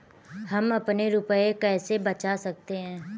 हम अपने रुपये कैसे बचा सकते हैं?